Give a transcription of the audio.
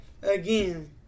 Again